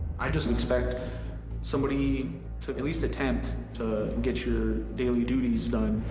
i just expect somebody to at least attempt, to get your daily duties done.